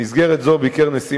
במסגרת זו ביקר נשיא